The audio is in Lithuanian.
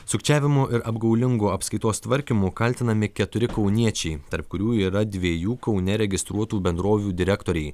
sukčiavimu ir apgaulingu apskaitos tvarkymu kaltinami keturi kauniečiai tarp kurių yra dviejų kaune registruotų bendrovių direktoriai